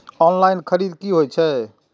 Online खरीद की होए छै?